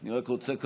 אני רק רוצה להבהיר,